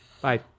Bye